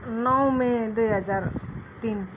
नौ मई दुई हजार तिन